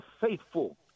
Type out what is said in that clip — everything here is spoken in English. faithful